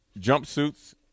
jumpsuits